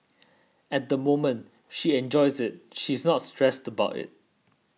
at the moment she enjoys it she's not stressed about it